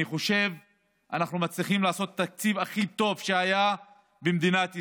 אני חושב שאנחנו מצליחים לעשות את התקציב הכי טוב שהיה במדינת ישראל.